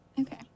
Okay